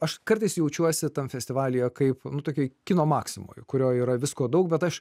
aš kartais jaučiuosi tam festivalyje kaip nutuokiau kino maksimoje kurio yra visko daug bet aš